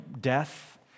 death